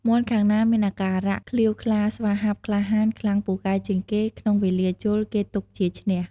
មាន់ខាងណាមានអាការៈក្លៀវក្លាស្វាហាប់ក្លាហាន ខ្លាំងពូកែជាងគេ ក្នុងវេលាជល់ គេទុកជាឈ្នះ ។